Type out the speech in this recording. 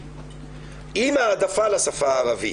עם העדפה לשפה הערבית.